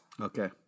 Okay